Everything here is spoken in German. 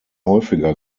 häufiger